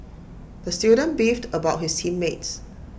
the student beefed about his team mates